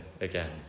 again